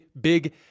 big